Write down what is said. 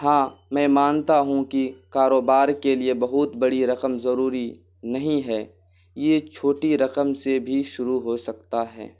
ہاں میں مانتا ہوں کہ کاروبار کے لیے بہت بڑی رقم ضروری نہیں ہے یہ چھوٹی رقم سے بھی شروع ہو سکتا ہے